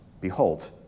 behold